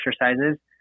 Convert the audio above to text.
exercises